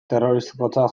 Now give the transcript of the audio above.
terrorismotzat